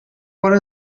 what